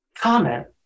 comment